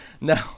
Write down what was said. No